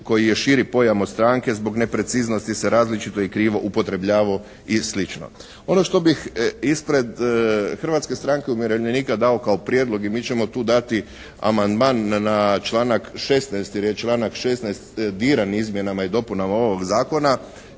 koji je širi pojam od stranke zbog nepreciznosti se različito i krivo upotrebljavao i slično. Ono što bih ispred Hrvatske stranke umirovljenika dao kao prijedlog i mi ćemo tu dati amandman na članak 16. jer je članak 16. diran izmjenama i dopunama ovog Zakona